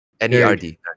N-E-R-D